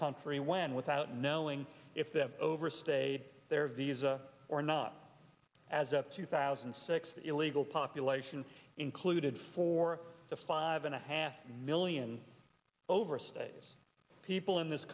country when without knowing if they have overstayed their visa or not as up two thousand and six illegal population included four to five and a half million overstays people in this